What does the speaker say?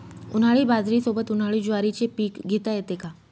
उन्हाळी बाजरीसोबत, उन्हाळी ज्वारीचे पीक घेता येते का?